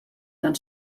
tan